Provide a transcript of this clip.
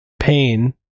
pain